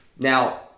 Now